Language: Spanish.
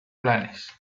planes